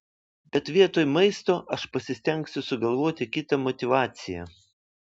bet vietoj maisto aš pasistengsiu sugalvoti kitą motyvaciją